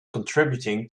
contributing